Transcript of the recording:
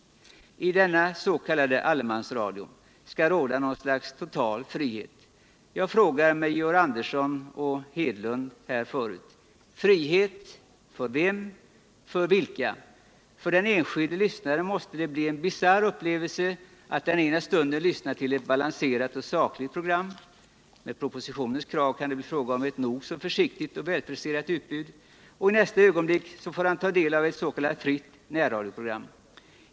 I denna s.k. allemansradio skall råda något slags total frihet. Jag frågar nu bl.a. Georg Andersson: frihet — för vem, för vilka? För den enskilde lyssnaren måste det bli en bisarr upplevelse att den ena stunden lyssna till ett balanserat och sakligt program — med propositionens krav kan det bli fråga om ett nogså försiktigt och välfriserat utbud — och i nästa ögonblick få ta del av ett s.k. närradioprogram.